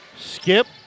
Skip